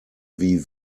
wie